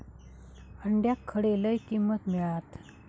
अंड्याक खडे लय किंमत मिळात?